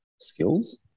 skills